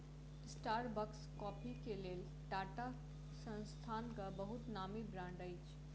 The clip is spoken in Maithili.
स्टारबक्स कॉफ़ी के लेल टाटा संस्थानक बहुत नामी ब्रांड अछि